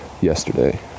yesterday